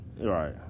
right